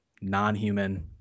non-human